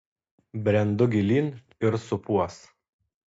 brendu gilyn ir supuos